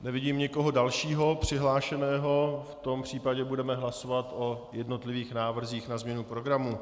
Nevidím nikoho dalšího přihlášeného, v tom případě budeme hlasovat o jednotlivých návrzích na změnu programu.